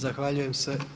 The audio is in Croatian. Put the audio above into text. Zahvaljujem se.